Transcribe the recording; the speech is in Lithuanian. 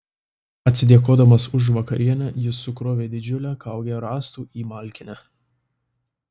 atsidėkodamas už vakarienę jis sukrovė didžiulę kaugę rąstų į malkinę